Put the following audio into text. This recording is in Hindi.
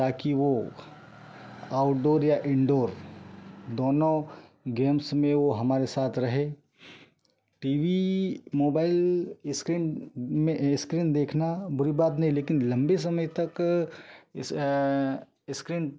ताकि वो आउटडोर या इनडोर दोनों गेम्स में वो हमारे साथ रहे टी वी मोबाइल इस्क्रीन में इस्क्रीन देखना बुरी बात नहीं लेकिन लंबे समय तक इस इस्क्रीन